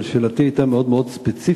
אבל שאלתי היתה מאוד מאוד ספציפית.